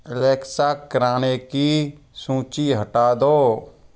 Alexa किराने की सूची हटा दो